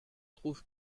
trouve